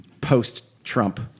Post-Trump